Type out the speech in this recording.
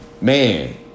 Man